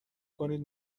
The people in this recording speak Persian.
کنید